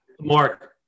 Mark